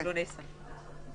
לא נעשה.